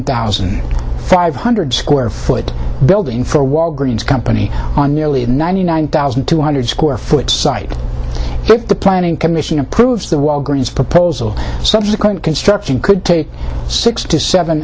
thousand five hundred square foot building for a walgreens company on nearly a ninety nine thousand two hundred square foot site if the planning commission approves the walgreen's proposal subsequent construction could take six to seven